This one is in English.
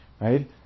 right